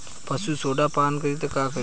पशु सोडा पान करी त का करी?